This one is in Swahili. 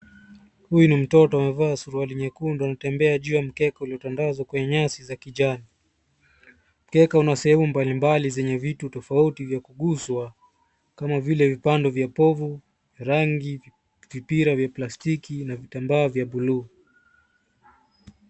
Huyu ni mtoto amevaa suruali nyekundu. Anatembea juu ya mkeke uliotandazwa kwenye nyasi za kijani. Mkeka una sehemu mbalimbali zenye vitu tofauti vya kuguzwa kama vile vipande vya povu, rangi, vipira vya plastiki na vitambaa vya buluu.